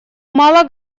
мало